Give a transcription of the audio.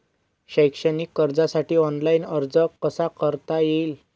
शैक्षणिक कर्जासाठी ऑनलाईन अर्ज कसा करता येईल?